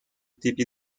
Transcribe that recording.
tipi